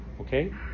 Okay